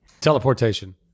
Teleportation